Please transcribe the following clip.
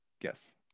Yes